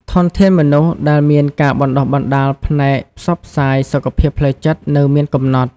ធនធានមនុស្សដែលមានការបណ្តុះបណ្តាលផ្នែកផ្សព្វផ្សាយសុខភាពផ្លូវចិត្តនៅមានកំណត់។